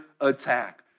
attack